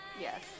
Yes